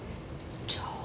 ch~